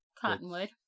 Cottonwood